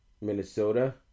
Minnesota